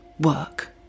work